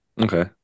Okay